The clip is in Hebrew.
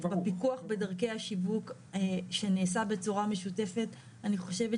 בפיקוח בדרכי השיווק שנעשה בצורה משותפת - אני חושבת